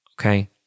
Okay